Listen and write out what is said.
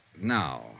now